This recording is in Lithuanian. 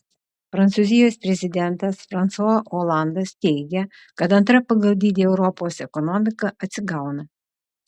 prancūzijos prezidentas fransua olandas teigia kad antra pagal dydį europos ekonomika atsigauna